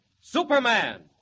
Superman